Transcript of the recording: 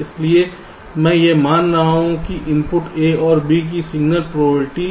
इसलिए मैं यह मान रहा हूं कि इनपुट A और B की सिग्नल प्रोबेबिलिटी